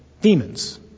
demons